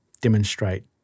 demonstrate